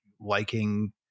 liking